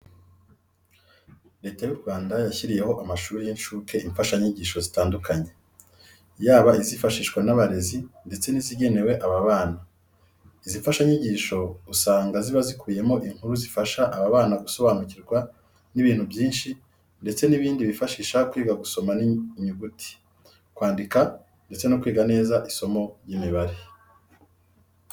Leta y'u Rwanda yashyiriyeho amashuri y'incuke imfashanyigisho zitandukanye, yaba izifashishwa n'abarezi ndeste n'izigenewe aba bana. Izi mfashanyigisho usanga ziba zikubiyemo inkuru zifasha aba bana gusobanukirwa n'ibintu byinshi ndetse n'ibindi bibafasha kwiga gusoma inyuguti, kwandika ndetse no kwiga neza isomo ry'Imibare.